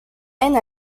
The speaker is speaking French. haine